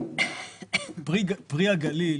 פרי הגליל